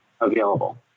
available